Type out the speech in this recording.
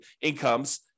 incomes